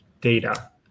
data